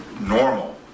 normal